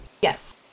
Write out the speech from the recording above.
Yes